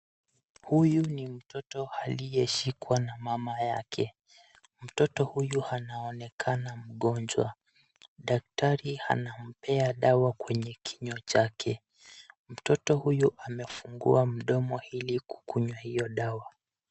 Huyu ni mtoto aliyeshikwa na mama yake, mtoto huyu anaonekana mgonjwa. Daktari anampea dawa kwenye kinywa chake, mtoto huyu amefungua mdomo ili kunywa hiyo dawa.